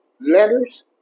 letters